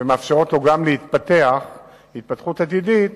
ומאפשרות לו גם להתפתח התפתחות עתידית